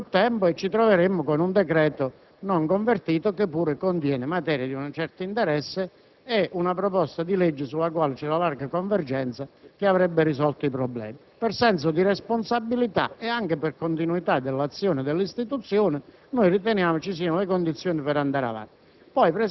per più tempo i lavori, e ci troveremmo con un decreto non convertito, che pure contiene materie di un certo interesse, e a non discutere una proposta di legge sulla quale vi è una larga convergenza che risolverebbe dei problemi. Per senso di responsabilità e anche per continuità dell'azione delle istituzioni, noi riteniamo ci siano le condizioni per andare avanti.